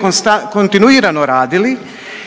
konsta…, kontinuirano radili